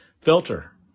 filter